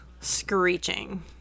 screeching